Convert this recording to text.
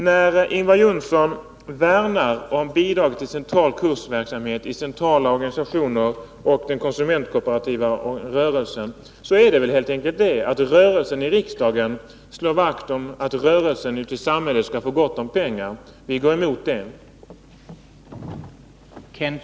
När Ingvar Johnsson värnar om bidrag till central kursverksamhet i centrala organisationer och den konsumentkooperativa rörelsen är det väl helt enkelt så, att rörelsen i riksdagen slår vakt om att rörelsen ute i samhället skall få gott om pengar. Vi går emot det.